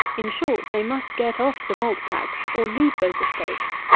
in short, they must get off the malt tax, or lose those estates.